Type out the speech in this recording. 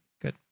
Good